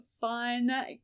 fun